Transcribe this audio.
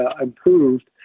improved